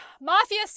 Mafia